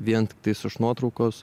vien tiktais iš nuotraukos